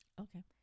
Okay